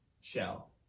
shell